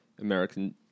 American